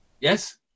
Yes